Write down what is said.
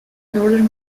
northern